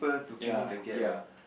ya ya